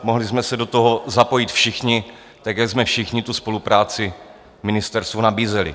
Mohli jsme se do toho zapojit všichni, tak jak jsme všichni tu spolupráci ministerstvu nabízeli.